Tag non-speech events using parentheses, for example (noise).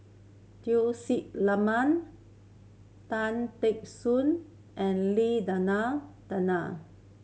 Tun Sri (unintelligible) Tan Teck Soon and Lim Denan Denon